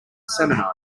seminar